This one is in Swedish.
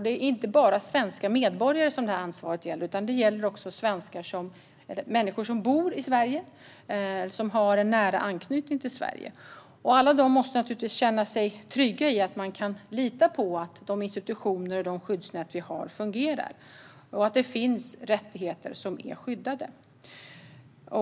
Det är inte bara svenska medborgare som detta ansvar gäller, utan det gäller också alla människor som bor i Sverige eller som har en nära anknytning till Sverige. Alla dessa måste kunna känna sig trygga med och lita på att de institutioner och skyddsnät vi har fungerar och att det finns rättigheter som är skyddade.